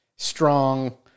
Strong